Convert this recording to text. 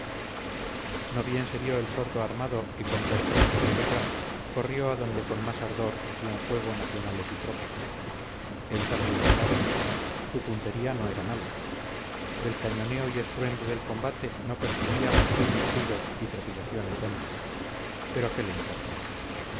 no bien se vio el sordo armado y con pertrechos de guerra corrió a donde con más ardor hacían fuego nacionales y tropa él también tiraba su puntería no era mala del cañoneo y estruendo del combate no percibía más que un mugido y trepidaciones hondas pero qué le importaba